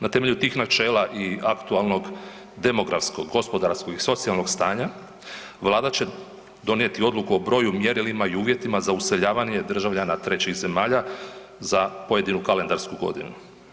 Na temelju tih načela i aktualnog demografskog, gospodarskog i socijalnog stanja, Vlada će donijeti odluku o broju, mjerilima i uvjetima za useljavanje državljana trećih zemalja za pojedinu kalendarsku godinu.